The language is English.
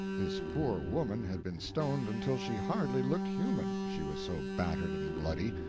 this poor woman had been stoned until she hardly looked human, she was so battered and bloody.